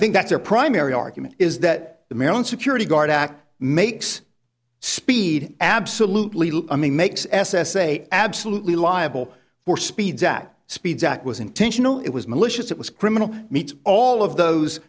think that's their primary argument is that the maryland security guard act makes speed absolutely makes s s a absolutely liable for speed zakk speeds act was intentional it was malicious it was criminal meets all of those